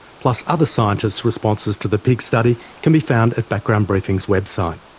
plus other scientists' responses to the pig study, can be found at background briefing's website.